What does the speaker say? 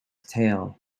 tail